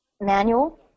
manual